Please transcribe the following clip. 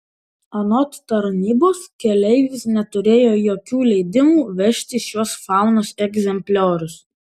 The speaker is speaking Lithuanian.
anot tarnybos keleivis neturėjo jokių leidimų vežti šiuos faunos egzempliorius